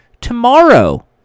tomorrow